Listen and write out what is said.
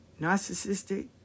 narcissistic